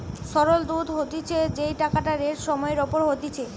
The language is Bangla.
সরল সুধ হতিছে যেই টাকাটা রেট সময় এর ওপর হতিছে